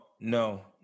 no